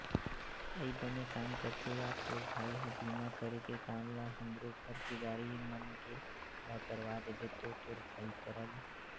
अई बने काम करथे या तोर भाई ह बीमा करे के काम ल हमरो घर के गाड़ी मन के ला करवा देबे तो तोर भाई करा ले